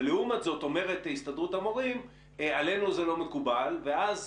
ולעומת זאת אומרת הסתדרות המורים 'עלינו זה לא מקובל' ואז